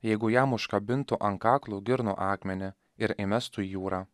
jeigu jam užkabintų ant kaklo girnų akmenį ir įmestų į jūrą